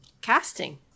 casting